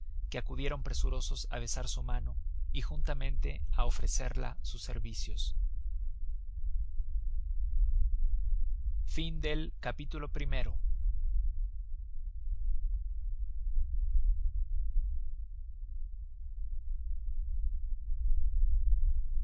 que acudieron presurosos á besar su mano y juntamente á ofrecerla sus servicios capitulo